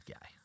guy